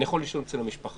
אני יכול לישון אצל המשפחה,